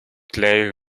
clay